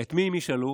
את מי הם ישאלו?